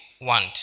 want